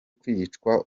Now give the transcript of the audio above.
kwicwa